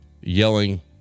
yelling